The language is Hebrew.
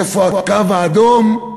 איפה הקו האדום,